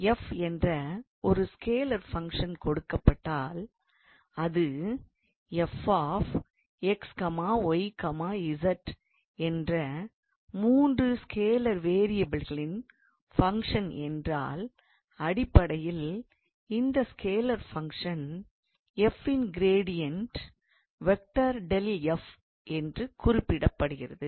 f என்ற ஒரு scalar function கொடுக்கப்பட்டால் அது 𝑓𝑥𝑦𝑧 என்ற மூன்று ஸ்கேலார் வேரியபிள்களின் ஃபங்க்ஷன் என்றால் அடிப்படையில் இந்த ஸ்கேலார் ஃபங்க்ஷன் f இன் கிரேடியன்ட் என்று குறிப்பிடப்படுகிறது